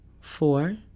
four